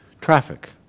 traffic